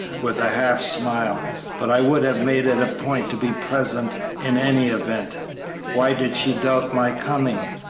with a half-smile but i would have made it a point to be present in any event why did she doubt my coming?